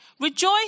Rejoice